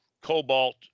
cobalt